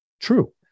true